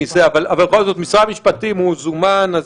בסדר, ובכל זאת, משרד המשפטים זומן.